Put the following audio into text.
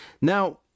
Now